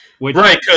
right